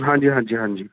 ਹਾਂਜੀ ਹਾਂਜੀ ਹਾਂਜੀ